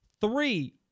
Three